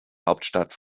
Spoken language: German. hauptstadt